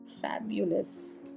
Fabulous